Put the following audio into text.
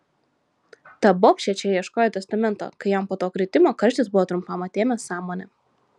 ta bobšė čia ieškojo testamento kai jam po to kritimo karštis buvo trumpam atėmęs sąmonę